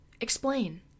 Explain